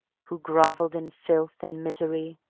who groveled in filth and misery,